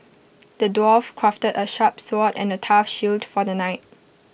the dwarf crafted A sharp sword and A tough shield for the knight